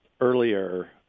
earlier